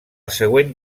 següent